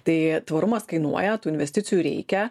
tai tvarumas kainuoja tų investicijų reikia